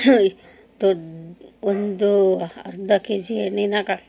ಹೋಯ್ ದೊಡ್ಡ ಒಂದು ಅರ್ಧ ಕೆ ಜಿ ಎಣ್ಣಿನಾಗ